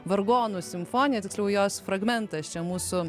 vargonų simfonija tiksliau jos fragmentas čia mūsų